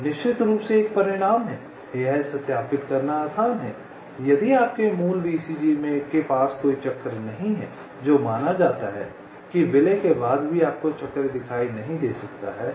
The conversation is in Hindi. तो निश्चित रूप से एक परिणाम है यह सत्यापित करना आसान है यदि आपके मूल VCG के पास कोई चक्र नहीं है जो माना जाता है कि विलय के बाद भी आपको चक्र दिखाई नहीं दे सकता है